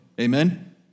Amen